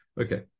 Okay